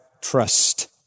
trust